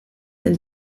del